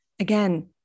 again